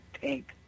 pink